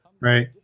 right